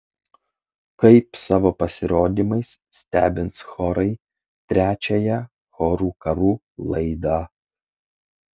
kaip savo pasirodymais stebins chorai trečiąją chorų karų laidą